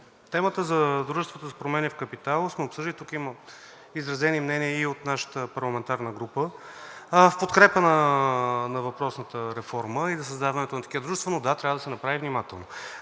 темата за дружествата – за промени в капитала, сме обсъдили, тук има изразени мнения и от нашата парламентарна група в подкрепа на въпросната реформа и за създаването на такива дружества, но, да, трябва да се направи внимателно.